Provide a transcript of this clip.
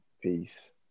peace